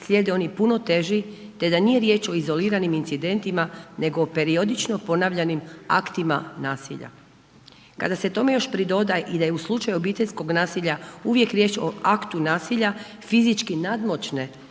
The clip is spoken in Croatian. slijede oni puno teži, te da nije riječ o izoliranim incidentima, nego o periodično ponavljanim aktima nasilja. Kada se tome još pridoda i da je i u slučaju obiteljskog nasilja uvijek riječ o aktu nasilja, fizički nadmoćne